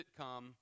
sitcom